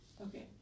Okay